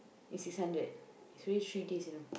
is six hundred is already three days you know